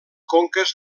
conques